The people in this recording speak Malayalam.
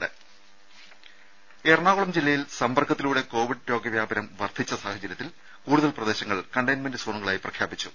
രുമ എറണാകുളം ജില്ലയിൽ സമ്പർക്കത്തിലൂടെ കോവിഡ് രോഗവ്യാപനം വർദ്ധിച്ച സാഹചര്യത്തിൽ കൂടുതൽ പ്രദേശങ്ങൾ കണ്ടെയ്ൻമെന്റ് സോണുകളായി പ്രഖ്യാപിച്ചു